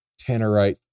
tannerite